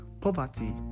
poverty